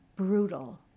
brutal